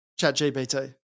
ChatGPT